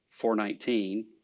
419